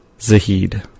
Zahid